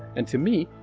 and to me,